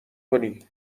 کنی